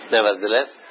Nevertheless